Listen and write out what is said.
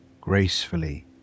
gracefully